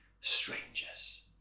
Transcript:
strangers